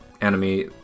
enemy